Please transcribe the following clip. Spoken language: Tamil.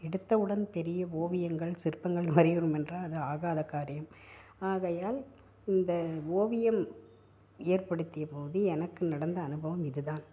எடுத்தவுடன் பெரிய ஓவியங்கள் சிற்பங்கள் வரையணும் என்றால் அது ஆகாதகாரியம் ஆகையால் இந்த ஓவியம் ஏற்படுத்திய போது எனக்கு நடந்த அனுபவம் இது தான்